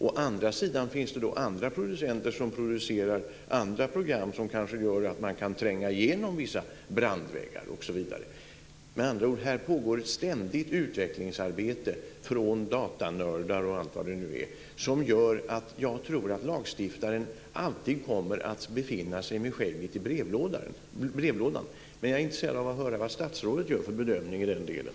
Å andra sidan finns det då andra producenter som producerar andra program som kanske gör att man kan tränga igenom vissa brandväggar, osv. Med andra ord pågår det här ett ständigt utvecklingsarbete från datanördar och allt vad det nu är som gör att jag tror att lagstiftaren alltid kommer att befinna sig med skägget i brevlådan. Men jag är intresserad av att höra vad statsrådet gör för bedömning i den delen.